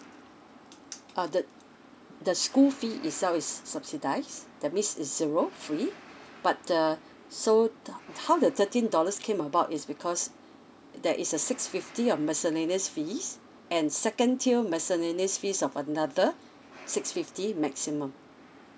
uh the the school fee itself is subsidise that means is zero free but uh so the how the thirteen dollars came about is because that is a six fifty uh miscellaneous fees and second tier miscellaneous fees of another six fifty maximum